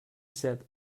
said